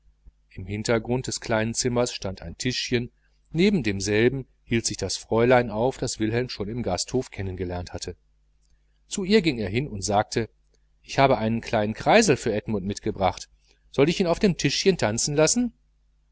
im hintergrund des kleinen zimmers stand ein tischchen neben demselben hielt sich das fräulein auf das wilhelm schon im hotel kennen gelernt hatte zu ihr ging er hin und sagte ich habe einen kleinen kreisel für edmund mitgebracht soll ich ihn auf dem tischchen tanzen lassen